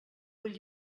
vull